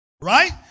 Right